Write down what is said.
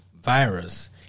virus